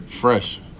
fresh